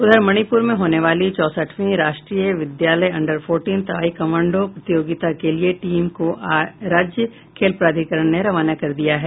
उधर मणिपूर में होने वाली चौसठवीं राष्ट्रीय विद्यालय अंडर फोर्टीन ताइक्वांडों प्रतियोगिता के लिये टीम को राज्य खेल प्राधिकरण ने रवाना कर दिया है